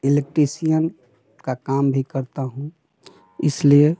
electrician का काम भी करता हूँ इसलिए